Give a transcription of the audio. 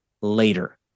later